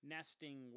Nesting